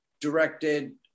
directed